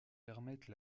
permettent